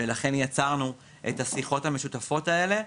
לכן יצרנו את השיחות המשותפות האלה.